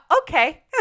Okay